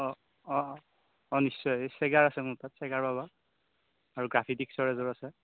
অঁ অঁ অঁ অঁ নিশ্চয়ে এই চেগাৰ আছে মোৰ তাত চেগাৰ পাবা আৰু গাফিডিস্কৰ এযোৰ আছে